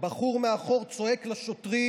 בחור מאחור צועק לשוטרים